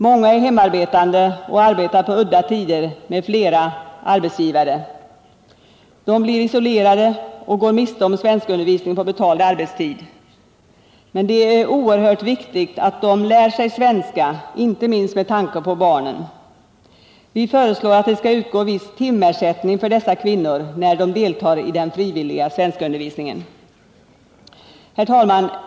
Många är hemarbetande eller arbetar på udda tider med flera arbetsgivare. De blir isolerade och går miste om svenskundervisning på betald arbetstid. Men det är oerhört viktigt att de lär sig svenska, inte minst med tanke på barnen. Vi föreslår att det skall utgå viss timersättning för dessa kvinnor, när de deltar i den frivilliga svenskundervisningen. Herr talman!